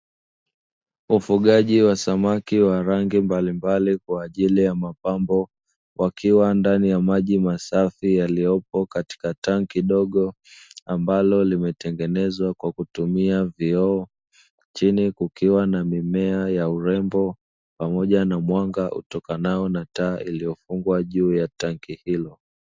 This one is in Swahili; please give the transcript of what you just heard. Ufugaji wa samaki wa rangi mbalimbali kwaajiri ya mapambo, wakiwa ndani ya maji masafi yaliyopo katika tanki dogo, ambalo limetengenezwa kwa kutumia vioo, chini kukiwa na mimea ya urembo pamoja na mwanga utokanao na taa iliyofungwa juu ya tanki hilo.